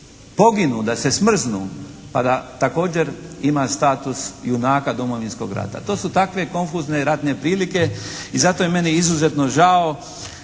poginu, da se smrznu pa da također ima status junaka Domovinskog rata. To su takve konfuzne ratne prilike i zato je meni izuzetno žao